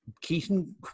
Keaton